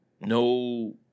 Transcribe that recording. No